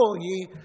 ye